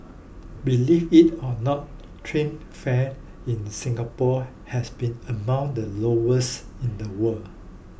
believe it or not train fares in Singapore has been among the lowest in the world